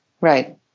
Right